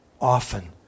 Often